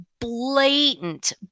blatant